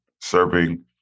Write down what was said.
serving